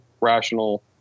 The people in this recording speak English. rational